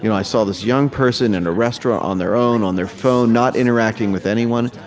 you know i saw this young person in a restaurant on their own, on their phone, not interacting with anyone.